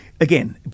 again